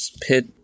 pit